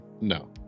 no